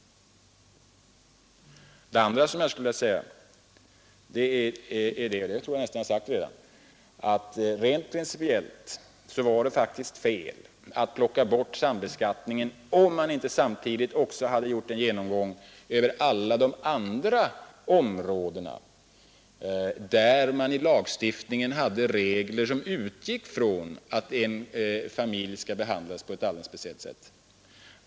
Vidare var det faktiskt principiellt fel att plocka bort sambeskattningen utan att samtidigt göra en genomgång av alla de andra områden där man i lagstiftningen har regler som utgår från att en familj skall behandlas på ett alldeles speciellt sätt.